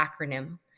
acronym